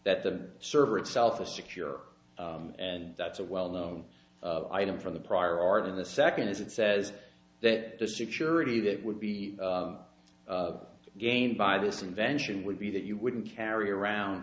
that the server itself is secure and that's a well known item from the prior art in the second as it says that the security that would be gained by this convention would be that you wouldn't carry around